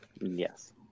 Yes